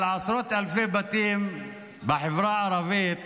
אנחנו מדברים על עשרות אלפי בתים בחברה הערבית